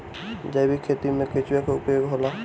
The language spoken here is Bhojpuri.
जैविक खेती मे केचुआ का उपयोग होला?